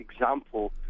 example